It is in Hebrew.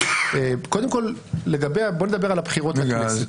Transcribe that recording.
מבדיל קודם כול בוא נדבר על הבחירות לכנסת.